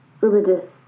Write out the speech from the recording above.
religious